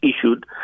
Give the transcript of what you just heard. issued